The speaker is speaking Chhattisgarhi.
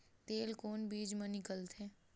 तेल कोन बीज मा निकलथे?